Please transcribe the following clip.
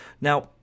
Now